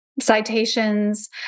citations